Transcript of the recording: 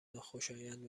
ناخوشایند